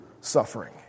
suffering